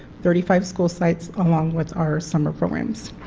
thirty five school sites along with our summer programs.